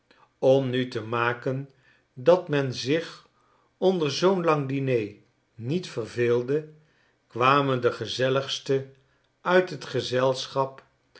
gm nu te maken dat men zich onder zoo'n lang diner niet verveelde kwamen de gezelligsten uit het gezelschap